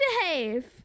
behave